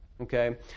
okay